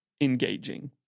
engaging